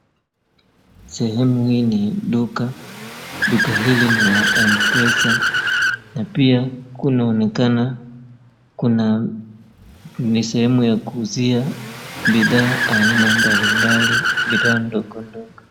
Sehemu hii ni duka, duka hili ni la Mpesa na pia kunaonekana ni sehemu ya kuuzia bidhaa aina mbalimbali, bidhaa ndogo ndogo.